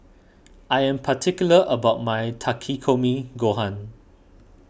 I am particular about my Takikomi Gohan